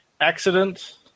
accident